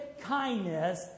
kindness